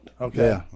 Okay